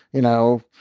you know,